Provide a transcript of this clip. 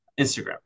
Instagram